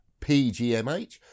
pgmh